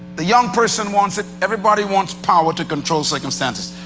the young person wants it. everybody wants power to control circumstances.